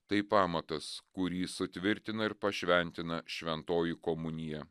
tai pamatas kurį sutvirtina ir pašventina šventoji komunija